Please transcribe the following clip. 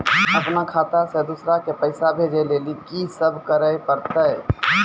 अपनो खाता से दूसरा के पैसा भेजै लेली की सब करे परतै?